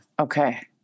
Okay